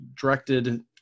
directed